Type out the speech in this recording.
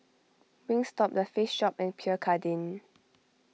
Wingstop the Face Shop and Pierre Cardin